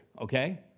okay